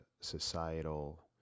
societal